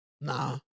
nah